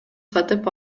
сатып